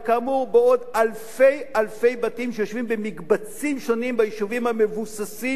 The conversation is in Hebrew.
וכאמור בעוד אלפי-אלפי בתים שיושבים במקבצים שונים ביישובים המבוססים,